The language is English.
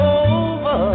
over